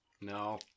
no